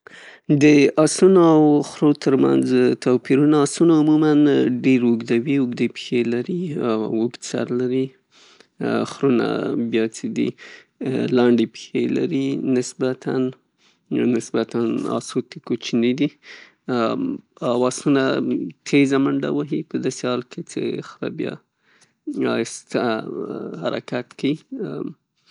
د آسونو او خرو ترمنځ توپیرونه، آسونه عموماً ډیر اوږده وي، اوږدې پښې لري او اوږد سر لري. خرونه بیا څې دي لنډې پښې لري نسبتاً نسبتاً آسونو ته کوچني دي آسونه تیزه منډه وهي په داسې حال کې چې خره بیا آهسته حرکت کیي.